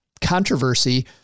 controversy